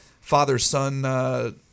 father-son